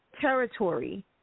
territory